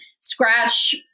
scratch